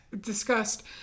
discussed